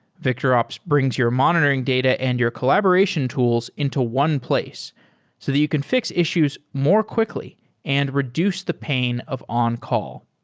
victorops brings your monitoring data and your collaboration tools into one place so that you can fix issues more quickly and reduce the pain of on-call.